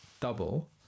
double